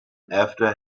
after